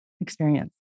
experience